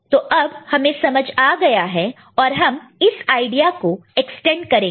तो अब हमें समझ आ गया है और हम इस आइडिया को एक्सटेंड करेंगे